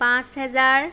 পাঁচ হেজাৰ